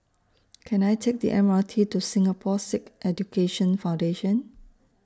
Can I Take The M R T to Singapore Sikh Education Foundation